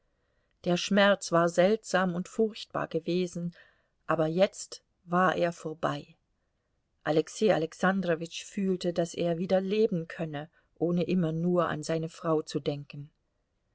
der schmerz war seltsam und furchtbar gewesen aber jetzt war er vorbei alexei alexandrowitsch fühlte daß er wieder leben könne ohne immer nur an seine frau zu denken